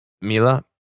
Mila